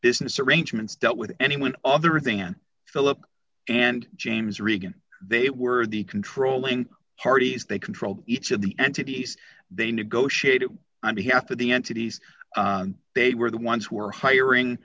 business arrangements dealt with anyone other than philip and james regan they were the controlling parties they controlled each of the entities they negotiated i'm the half of the entities they were the ones who were hiring